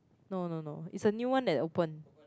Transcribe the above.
no no no it's a new one that opened